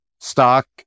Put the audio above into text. stock